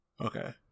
okay